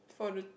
for the